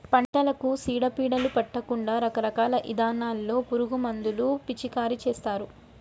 పంటలకు సీడ పీడలు పట్టకుండా రకరకాల ఇథానాల్లో పురుగు మందులు పిచికారీ చేస్తారు